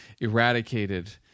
eradicated